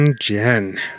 Jen